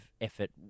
effort